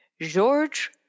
George